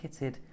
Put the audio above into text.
kitted